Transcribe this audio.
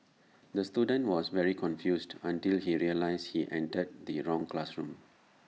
the student was very confused until he realised he entered the wrong classroom